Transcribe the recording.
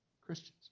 Christians